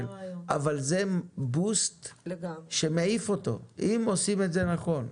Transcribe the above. אבל זה בוסט שמעיף אותו אם עושים את זה נכון.